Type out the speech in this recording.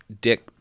Dick